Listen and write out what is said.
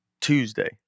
Tuesday